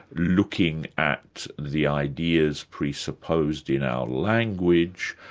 looking at the ideas presupposed in our language.